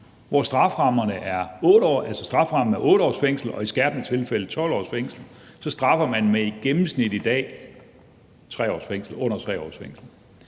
Strafferammen er 8 års fængsel og i skærpende tilfælde 12 års fængsel. Men i dag straffer man med i gennemsnit under 3 års fængsel.